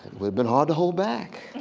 would've been hard to hold back.